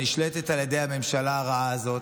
שנשלטת על ידי הממשלה הרעה הזאת,